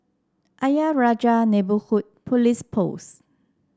Ayer Rajah Neighbourhood Police Post